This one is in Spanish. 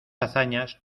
hazañas